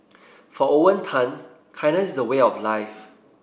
for Owen Tan kindness is a way of life